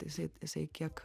tai jisai jisai kiek